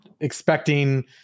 expecting